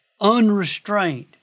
unrestrained